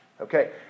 okay